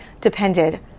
depended